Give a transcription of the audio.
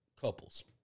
couples